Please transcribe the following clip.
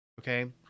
Okay